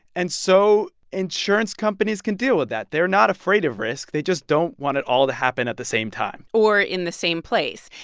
and so insurance companies can deal with that. they're not afraid of risk. they just don't want it all to happen at the same time or in the same place.